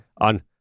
on